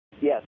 Yes